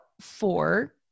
four